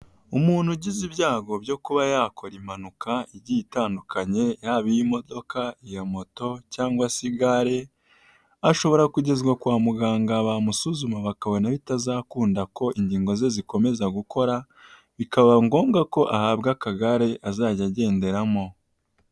Umuntu ugize ibyago byo kuba yakora impanuka igiye itandukanye yaba iy'imodoka, iya moto cyangwa se igare, ashobora kugezwa kwa muganga bamusuzuma bakabona bitazakunda ko ingingo ze zikomeza gukora, bikaba ngombwa ko ahabwa akagare azajya agenderamo.